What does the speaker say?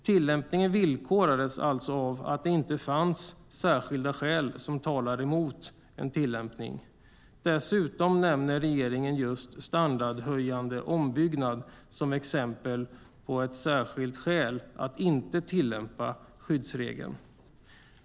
Tillämpningen villkorades alltså av att det inte fanns särskilda skäl som talade mot en tillämpning. Dessutom nämner regeringen just standardhöjande ombyggnad som exempel på ett särskilt skäl att inte tillämpa skyddsregeln.